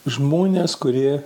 žmonės kurie